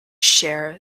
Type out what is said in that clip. share